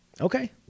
Okay